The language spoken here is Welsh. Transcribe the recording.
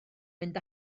mynd